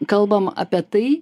kalbam apie tai